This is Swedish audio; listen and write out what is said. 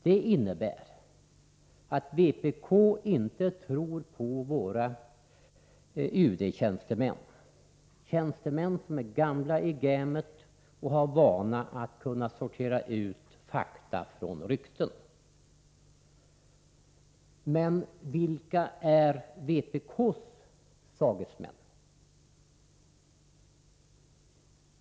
Det innebär att vpk inte tror på våra UD-tjänstemän, som är gamla i gamet och har vana att kunna sortera ut fakta från rykten. Men vilka är vpk:s sagesmän?